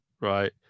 right